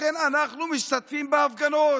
לכן אנחנו משתתפים בהפגנות.